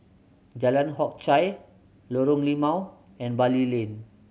Jalan Hock Chye Lorong Limau and Bali Lane